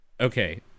Okay